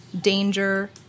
danger